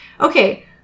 Okay